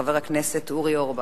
חבר הכנסת אורי אורבך.